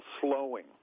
slowing